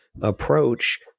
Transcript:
approach